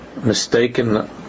mistaken